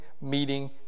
meeting